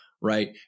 right